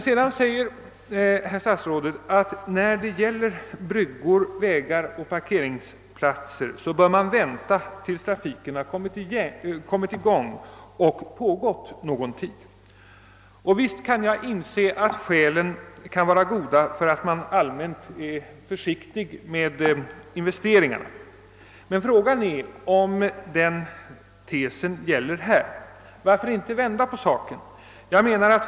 Sedan säger statsrådet att när det gäller bryggor, vägar och parkeringsplatser bör man vänta tills trafiken har kommit i gång och pågått någon tid. Visst kan jag inse att skälen kan vara goda för att man allmänt är försiktig med investeringar, men frågan är om den tesen gäller här. Varför inte vända på saken?